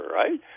right